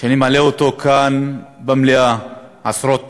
ואני מעלה אותה כאן במליאה עשרות פעמים,